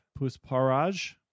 pusparaj